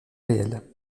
réels